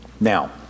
Now